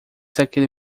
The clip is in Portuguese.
daquele